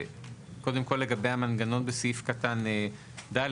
קודם כל לגבי המנגנון בסעיף קטן ד',